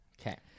Okay